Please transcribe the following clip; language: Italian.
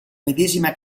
medesima